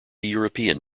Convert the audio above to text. european